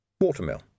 Watermill